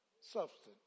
substance